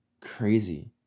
crazy